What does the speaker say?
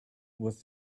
with